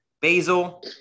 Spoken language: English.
basil